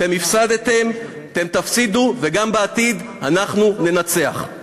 אתם הפסדתם, אתם תפסידו, וגם בעתיד אנחנו ננצח.